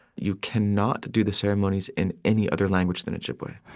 you cannot do the ceremonies in any other language than ojibwe.